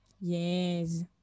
Yes